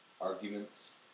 arguments